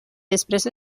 després